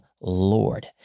Lord